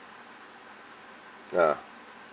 ah